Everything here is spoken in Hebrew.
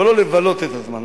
אבל לא לבלות את הזמן.